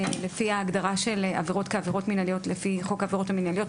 לפי ההגדרה של עבירות כעבירות מינהליות לפי חוק העבירות המינהליות,